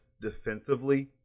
defensively